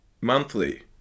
Monthly